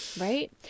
Right